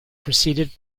preceded